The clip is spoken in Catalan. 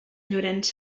llorenç